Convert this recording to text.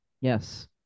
Yes